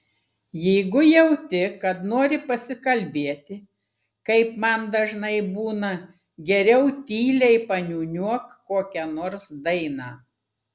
jeigu jauti kad nori pasikalbėti kaip man dažnai būna geriau tyliai paniūniuok kokią nors dainą